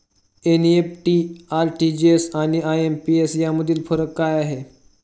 NEFT, RTGS आणि IMPS यामधील फरक काय आहे?